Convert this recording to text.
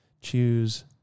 Choose